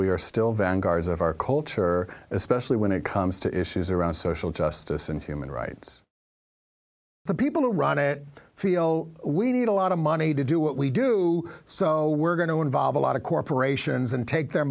we are still vanguard's of our culture especially when it comes to issues around social justice and human rights the people who run it feel we need a lot of money to do what we do so we're going to involve a lot of corporations and take their